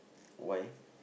why